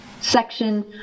section